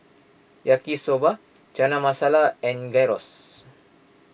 Yaki Soba Chana Masala and Gyros